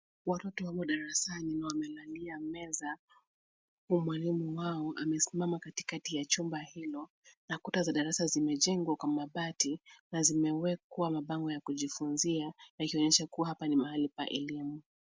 Watoto wamo darasani wamelalia meza, huo mwalimu wao amesimama katikati ya chumba hilo na kuta za darasa zimejengwa kwa mabati na zimewekwa mabango ya kujifunzia na ikionyesha hapa ni mahali pa elimu.